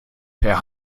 per